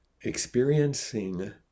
experiencing